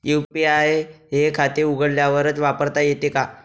UPI हे खाते उघडल्यावरच वापरता येते का?